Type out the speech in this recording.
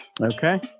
Okay